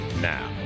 Now